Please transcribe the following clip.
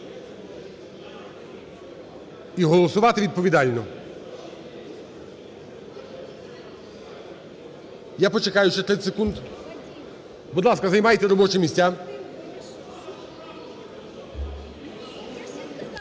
і голосувати відповідально. Я почекаю ще 30 секунд. Будь ласка, займайте робочі місця.